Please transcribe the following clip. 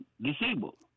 disabled